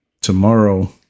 Tomorrow